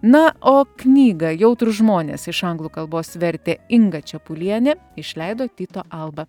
na o knygą jautrūs žmonės iš anglų kalbos vertė inga čepulienė išleido tyto alba